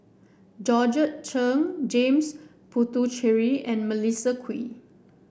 Georgette Chen James Puthucheary and Melissa Kwee